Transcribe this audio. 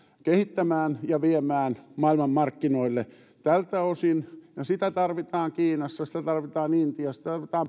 kehittämään ja viemään maailmanmarkkinoille tältä osin sitä tarvitaan kiinassa tarvitaan intiassa